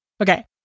Okay